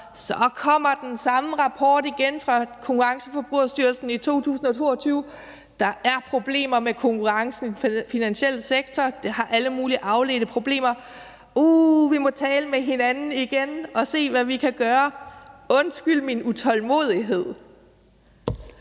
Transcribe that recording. Så kommer den samme rapport igen fra Konkurrence- og Forbrugerstyrelsen i 2022, som siger, at der er problemer med konkurrencen i den finansielle sektor, og at det har alle mulige afledte problemer. Uha, så må vi tale med hinanden igen og se, hvad vi kan gøre. Undskyld min utålmodighed,